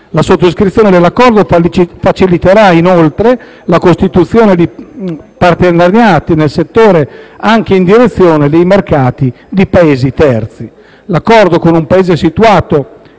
La sottoscrizione dell'Accordo faciliterà, inoltre, la costituzione di partenariati nel settore, anche in direzione dei mercati di Paesi terzi. L'Accordo con un Paese situato